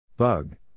Bug